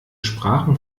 sprachen